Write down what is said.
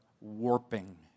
warping